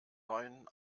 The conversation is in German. neuen